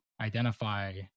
identify